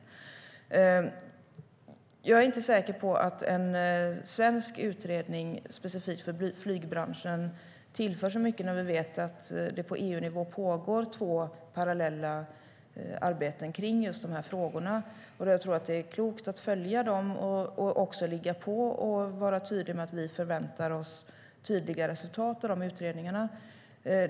Jag är inte säker på att en svensk utredning specifikt för flygbranschen skulle tillföra så mycket, när vi vet att det på EU-nivå pågår två parallella arbeten kring de här frågorna. Jag tror att det är klokt att följa dem, ligga på och vara tydlig med att vi förväntar oss tydliga resultat av de utredningarna.